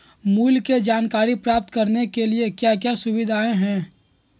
मूल्य के जानकारी प्राप्त करने के लिए क्या क्या सुविधाएं है?